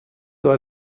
war